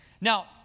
Now